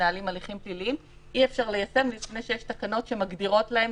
שמנהלים הליכים פליליים לפני שיש תקנות שמגדירות להם